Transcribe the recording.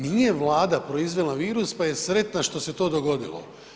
Nije Vlada proizvela virus pa je sretna što se to dogodilo.